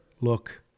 look